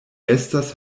estas